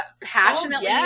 passionately